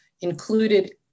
included